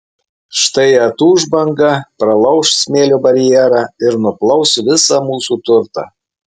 štai atūš banga pralauš smėlio barjerą ir nuplaus visą mūsų turtą